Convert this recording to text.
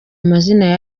amazina